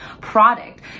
product